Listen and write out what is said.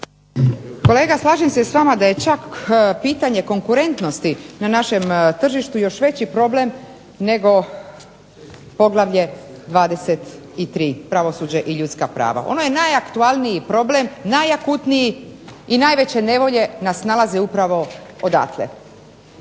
Kolega slažem se sa vama da je čak pitanje konkurentnosti na našem tržištu još veći problem nego poglavlje 23. Pravosuđe i ljudska prava. Ono je najaktualniji problem, najakutniji i najveće nevolje nas nalaze upravo odatle.